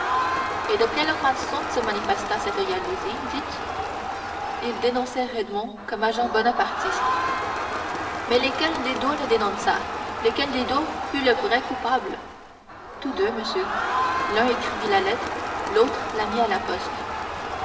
et de quelle façon se manifesta cette jalousie dites ils dénoncèrent edmond comme agent bonapartiste mais lequel des deux le dénonça lequel des deux fut le vrai coupable tous deux monsieur l'un écrivit la lettre l'autre la mit à la poste